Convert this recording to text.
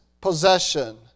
possession